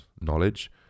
knowledge